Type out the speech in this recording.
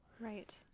Right